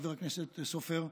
חבר הכנסת סופר,